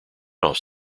off